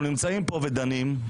אנחנו נמצאים פה ודנים.